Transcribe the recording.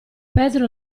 pedro